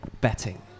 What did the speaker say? betting